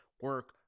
Work